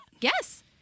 Yes